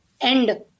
end